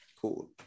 cool